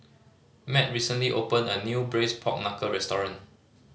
Mat recently opened a new Braised Pork Knuckle restaurant